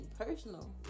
personal